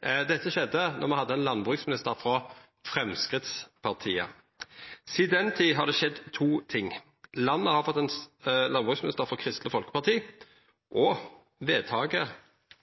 Dette skjedde då me hadde ein landbruksminister frå Framstegspartiet. Sidan den tid har det skjedd to ting: Landet har fått ein landbruksminister frå Kristeleg Folkeparti, og vedtaket